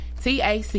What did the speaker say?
TAC